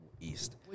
East